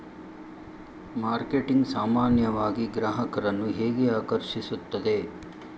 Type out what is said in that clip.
Marketing ಸಾಮಾನ್ಯವಾಗಿ ಗ್ರಾಹಕರನ್ನು ಹೇಗೆ ಆಕರ್ಷಿಸುತ್ತದೆ?